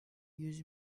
yüz